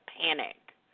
panic